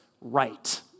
right